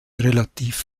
relativ